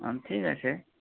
অঁ ঠিক আছে